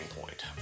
point